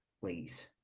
please